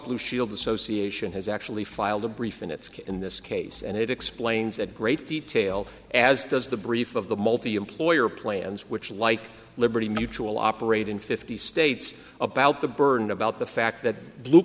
blue shield association has actually filed a brief in its case in this case and it explains at great detail as does the brief of the multiemployer plans which like liberty mutual operate in fifty states about the burden about the fact that blue